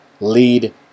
lead